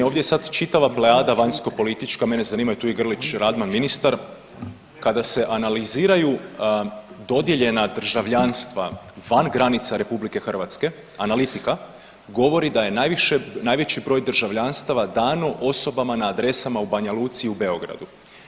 Ovdje sada čitava pleada vanjskopolitička mene zanima tu i Grlić Radman ministar kada se analiziraju dodijeljena državljanstva van granica Republike Hrvatske analitika govori da je najveći broj državljanstava dano osobama na adresama u Banja Luci i u Beogradu.